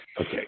Okay